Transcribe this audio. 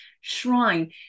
shrine